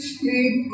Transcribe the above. sleep